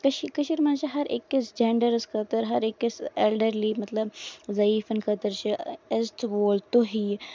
کٔشیٖر منٛز چھِ ہر أکِس جینڈرس خٔطر ہر أکِس ایلڈرلی مطلب ضعیٖفن خٲطرٕ چھِ عزتہٕ وول تُہۍ یہِ